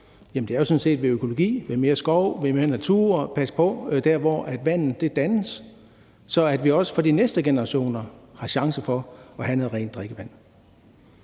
det er jo sådan set ved økologi, ved mere skov, ved mere natur, ved at passe på der, hvor vandet dannes, sådan at vi også for de næste generationer har chance for at have noget rent drikkevand.